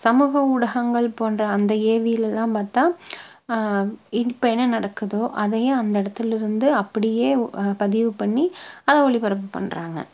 சமூக ஊடகங்கள் போன்ற அந்த ஏவில எல்லாம் பார்த்தா இப்போ என்ன நடக்குதோ அதையே அந்த இடத்துல இருந்து அப்படியே பதிவு பண்ணி அதை ஒளிபரப்பு பண்ணுறாங்க